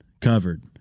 covered